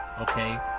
Okay